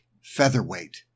featherweight